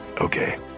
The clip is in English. okay